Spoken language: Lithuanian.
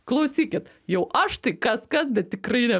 klausykit jau aš tai kas kas bet tikrai ne